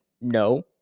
no